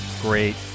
Great